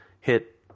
hit